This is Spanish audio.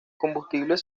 combustibles